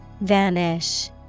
Vanish